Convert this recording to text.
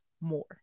more